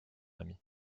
ami